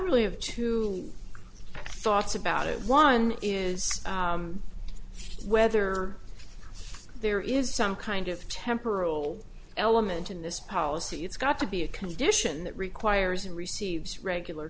really have two thoughts about it one is whether there is some kind of temporal element in this policy it's got to be a condition that requires an receives regular